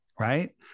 right